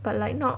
but like not